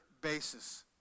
basis